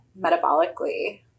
metabolically